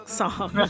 song